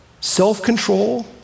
self-control